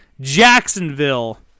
Jacksonville